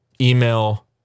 email